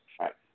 right